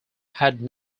had